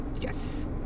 Yes